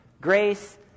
Grace